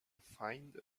find